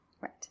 Right